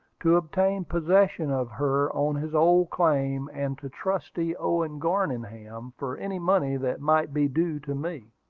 to obtain possession of her on his old claim, and to trustee owen garningham for any money that might be due to me.